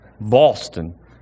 Boston